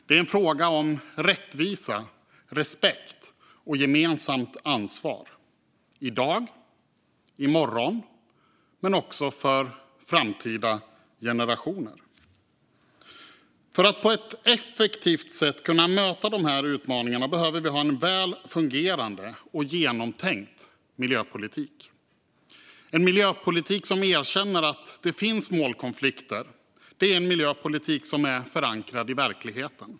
Det är en fråga om rättvisa, respekt och gemensamt ansvar, i dag och i morgon men också för framtida generationer. För att på ett effektivt sätt kunna möta dessa utmaningar behöver vi ha en väl fungerande och genomtänkt miljöpolitik. En miljöpolitik som erkänner att det finns målkonflikter är en miljöpolitik som är förankrad i verkligheten.